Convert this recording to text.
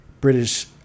British